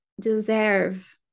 deserve